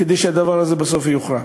כדי שהדבר הזה בסוף יוכרע.